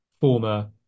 former